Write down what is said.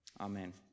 Amen